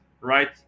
right